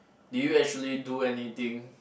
do you actually do anything